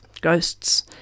ghosts